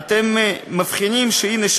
אתם מבחינים שהנה,